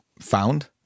found